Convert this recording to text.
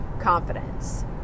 confidence